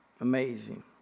Amazing